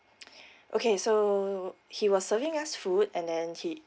okay so he was serving us food and then he